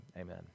Amen